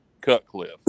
Cutcliffe